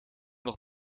nog